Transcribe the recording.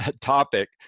topic